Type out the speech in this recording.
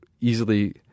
easily